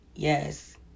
Yes